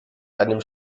deinem